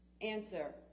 Answer